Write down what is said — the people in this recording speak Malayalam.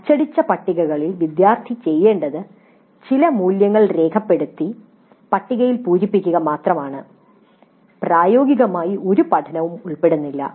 അച്ചടിച്ച പട്ടികകളിൽ വിദ്യാർത്ഥി ചെയ്യേണ്ടത് ചില മൂല്യങ്ങൾ രേഖപ്പെടുത്തി പട്ടികയിൽ പൂരിപ്പിക്കുക മാത്രമാണ് പ്രായോഗികമായി ഒരു പഠനവും ഉൾപ്പെടുന്നില്ല